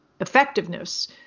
effectiveness